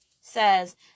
says